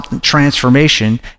transformation